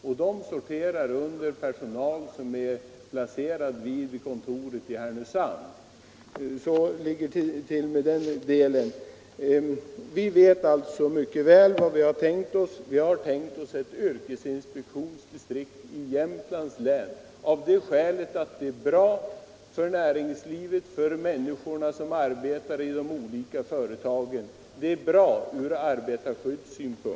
Men dessa sorterar under personal som är placerad vid kontoret i Härnösand. Så ligger det till i den delen. Vi vet mycket väl vad vi har tänkt oss. Vi har tänkt oss yrkesinspektionsdistrikt i Jämtlands län av det skälet att det är bra för näringslivet och bra ur arbetarskyddssynpunkt för människorna som arbetar i de olika företagen.